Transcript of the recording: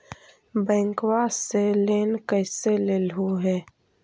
बैंकवा से लेन कैसे लेलहू हे?